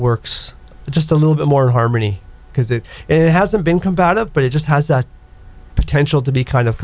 works just a little bit more harmony because it hasn't been combative but it just has the potential to be kind of